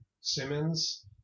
Simmons